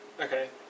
Okay